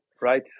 right